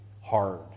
hard